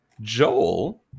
Joel